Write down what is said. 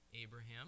Abraham